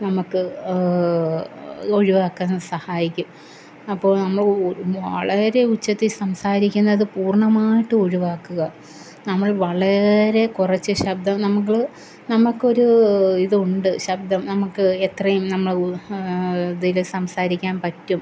നമുക്ക് ഒഴിവാക്കാൻ സഹായിക്കും അപ്പോൾ നമ്മൾ വളരെ ഉച്ചത്തിൽ സംസാരിക്കുന്നത് പൂർണ്ണമായിട്ടും ഒഴിവാക്കുക നമ്മൾ വളരെ കുറച്ച് ശബ്ദം നമ്മൾ നമുക്കൊരു ഇതുണ്ട് ശബ്ദം നമുക്ക് എത്രയും നമ്മൾ ഇതിൽ സംസാരിക്കാൻ പറ്റും